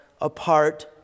apart